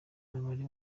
nabari